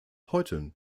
heute